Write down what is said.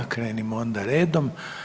Krenimo onda redom.